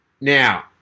Now